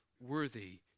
worthy